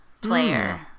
player